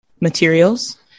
materials